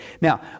Now